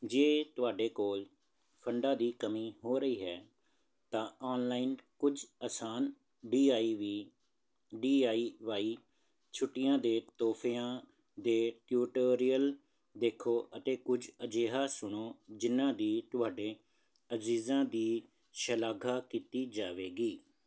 ਜੇ ਤੁਹਾਡੇ ਕੋਲ ਫੰਡਾਂ ਦੀ ਕਮੀ ਹੋ ਰਹੀ ਹੈ ਤਾਂ ਔਨਲਾਈਨ ਕੁੱਝ ਆਸਾਨ D I V D I Y ਛੁੱਟੀਆਂ ਦੇ ਤੋਹਫਿਆਂ ਦੇ ਟਿਊਟੋਰਿਅਲ ਦੇਖੋ ਅਤੇ ਕੁੱਝ ਅਜਿਹਾ ਚੁਣੋ ਜਿਨ੍ਹਾਂ ਦੀ ਤੁਹਾਡੇ ਅਜ਼ੀਜ਼ਾਂ ਦੀ ਸ਼ਲਾਘਾ ਕੀਤੀ ਜਾਵੇਗੀ